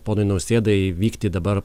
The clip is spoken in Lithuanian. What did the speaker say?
ponui nausėdai vykti dabar